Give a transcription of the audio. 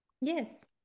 Yes